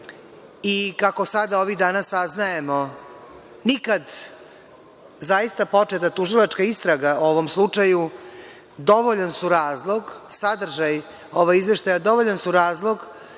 i, kako sada ovih dana saznajemo, nikad zaista početa tužilačka istraga o ovom slučaju, sadržaj ovog izveštaja, dovoljan su razlog